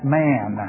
man